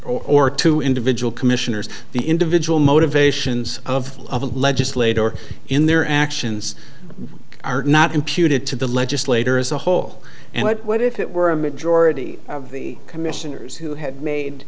or to individual commissioners the individual motivations of a legislator in their actions are not imputed to the legislator as a whole and what if it were a majority of the commissioners who had made